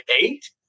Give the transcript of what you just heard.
eight